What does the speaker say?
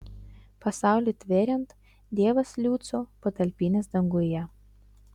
pasaulį tveriant dievas liucių patalpinęs danguje